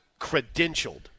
credentialed